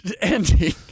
ending